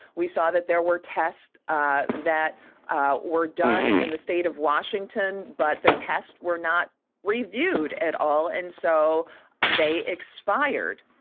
we saw that there were tests ah that ah were done in the state of washington, but the tests were not reviewed at all. and so they expired.